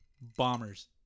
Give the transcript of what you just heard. Bombers